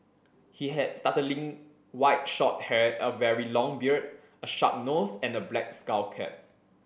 he had white short hair a very long beard a sharp nose and a black skull cap